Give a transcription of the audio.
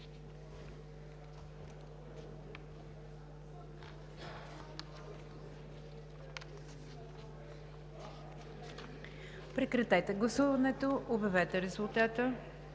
Прекратете гласуването и обявете резултата.